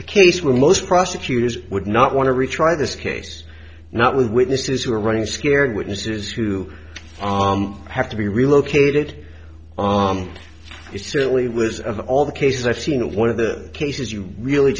a case where most prosecutors would not want to retry this case not with witnesses who are running scared witnesses who have to be relocated on is certainly was of all the cases i've seen in one of the cases you really